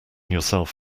yourself